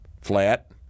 flat